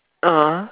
(uh huh)